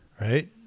right